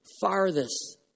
farthest